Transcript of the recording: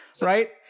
right